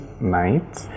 night